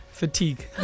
Fatigue